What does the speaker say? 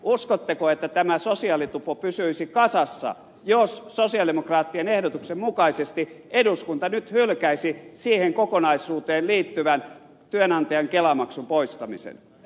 uskotteko että tämä sosiaalitupo pysyisi kasassa jos sosialidemokraattien ehdotuksen mukaisesti eduskunta nyt hylkäisi siihen kokonaisuuteen liittyvän työnantajan kelamaksun poistamisen